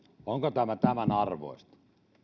onko tämä tämän arvoista